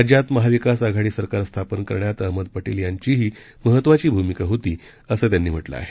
राज्यात महाविकास आघाडी स्थापन करण्यात अहमद पटेल यांचीही महत्त्वाची भूमिका होती असं त्यांनी म्हटलं आहे